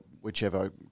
whichever